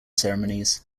ceremonies